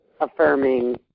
affirming